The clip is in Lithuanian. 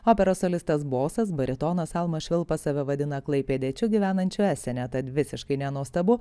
operos solistas bosas baritonas almas švilpa save vadina klaipėdiečiu gyvenančiu esene tad visiškai nenuostabu